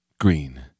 Green